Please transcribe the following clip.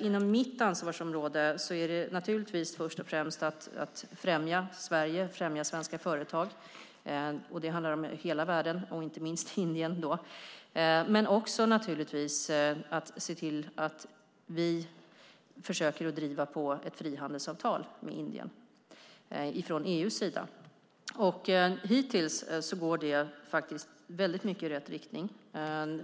Inom mitt ansvarsområde handlar det naturligtvis först och främst om att främja Sverige och svenska företag - det gäller då gentemot hela världen, inte minst Indien - och om att se till att vi från EU:s sida försöker driva på ett frihandelsavtal med Indien. Hittills har det väldigt mycket gått i rätt riktning.